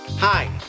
Hi